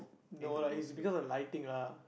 no lah it's because lighting lah